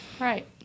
Right